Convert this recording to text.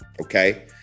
Okay